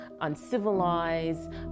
uncivilized